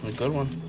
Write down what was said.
good one.